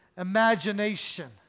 Imagination